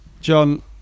John